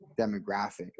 demographic